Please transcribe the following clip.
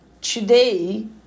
today